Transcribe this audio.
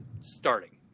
starting